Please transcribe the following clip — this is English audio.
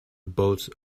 both